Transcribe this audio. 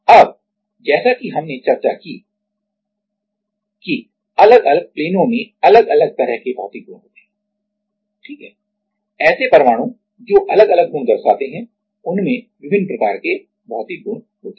अब जैसा कि हमने चर्चा की कि अलग अलग प्लेनो में अलग अलग तरह के भौतिक गुण होते हैं ठीक ऐसे परमाणु जो अलग अलग गुण दर्शाते हैं उनमें विभिन्न प्रकार के भौतिक गुण होते हैं